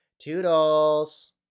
Toodles